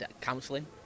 counselling